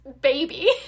baby